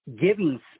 giving